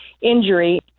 injury